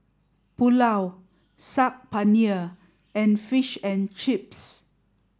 Pulao Saag Paneer and Fish and Chips